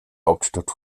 hauptstadt